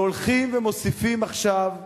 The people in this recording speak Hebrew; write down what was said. והולכים ומוסיפים עכשיו,